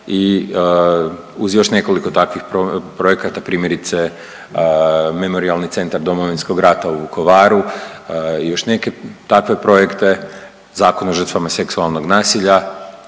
i uz još nekoliko takvih projekata primjerice Memorijalni centar Domovinskog rata u Vukovaru i još neke takve projekte. Zakon o žrtvama seksualnog nasilja,